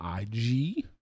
ig